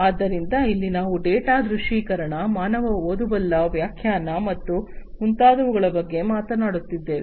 ಆದ್ದರಿಂದ ಇಲ್ಲಿ ನಾವು ಡೇಟಾ ದೃಶ್ಯೀಕರಣ ಮಾನವ ಓದಬಲ್ಲ ವ್ಯಾಖ್ಯಾನ ಮತ್ತು ಮುಂತಾದವುಗಳ ಬಗ್ಗೆ ಮಾತನಾಡುತ್ತಿದ್ದೇವೆ